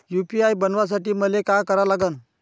UPI बनवासाठी मले काय करा लागन?